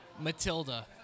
Matilda